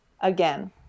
again